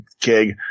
keg